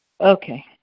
Okay